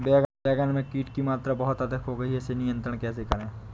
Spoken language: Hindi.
बैगन में कीट की मात्रा बहुत अधिक हो गई है इसे नियंत्रण कैसे करें?